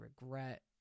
regret